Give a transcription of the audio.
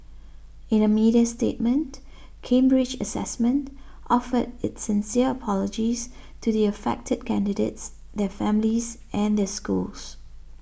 in a media statement Cambridge Assessment offered its sincere apologies to the affected candidates their families and their schools